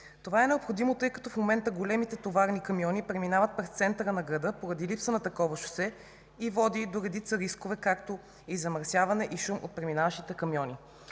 Това е необходимо, тъй като в момента големите товарни камиони преминават през центъра на града, поради липса на такова шосе, и води до редица рискове, както и замърсяване, и шум от преминаващите камиони.